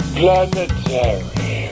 planetary